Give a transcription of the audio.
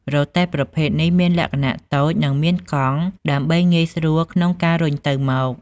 រទេះប្រភេទនេះមានលក្ខណៈតូចនិងមានកង់ដើម្បីងាយស្រួលក្នុងការរុញទៅមក។